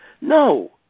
No